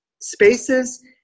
spaces